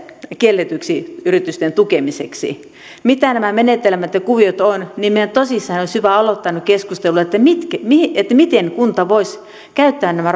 kielletyksi yritysten tukemiseksi mitä nämä menetelmät ja kuviot ovat meidän tosissaan olisi hyvä aloittaa nyt keskustelu miten kunta voisi käyttää nämä